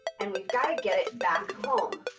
and we've got to get it back home.